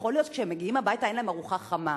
יכול להיות שכשהם מגיעים הביתה אין להם ארוחה חמה.